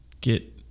get